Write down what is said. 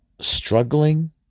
struggling